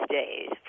days